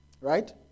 Right